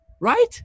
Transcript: Right